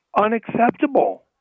unacceptable